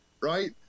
Right